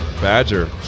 Badger